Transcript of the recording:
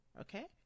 Okay